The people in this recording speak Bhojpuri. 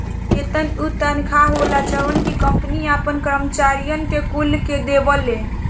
वेतन उ तनखा होला जवन की कंपनी आपन करम्चारिअन कुल के देवेले